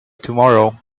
tomorrow